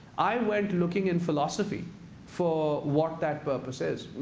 i went looking in philosophy for what that purpose is.